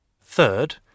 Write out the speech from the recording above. Third